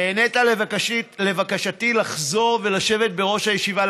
נענית לבקשתי לחזור ולשבת בראש הישיבה.